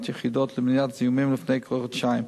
יחידות למניעת זיהומים לפני כחודשיים.